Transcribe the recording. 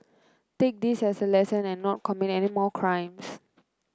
take this as a lesson and not commit any more crimes